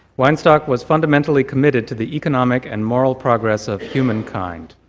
weinstock was fundamentally committed to the economic and moral progress of humankind.